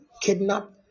kidnap